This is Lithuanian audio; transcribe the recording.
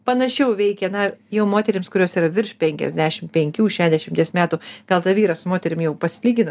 panašiau veikia na jau moterims kurios yra virš penkiasdešim penkių šešdešimties metų gal tą vyrą su moterim jau pasilygina